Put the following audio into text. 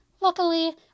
luckily